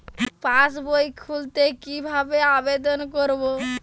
পাসবই খুলতে কি ভাবে আবেদন করব?